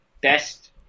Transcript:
best